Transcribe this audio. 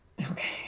Okay